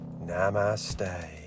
Namaste